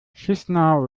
chișinău